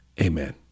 Amen